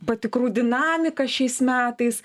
patikrų dinamika šiais metais